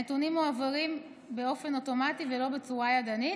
הנתונים מועברים באופן אוטומטי ולא בצורה ידנית.